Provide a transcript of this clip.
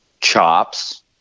chops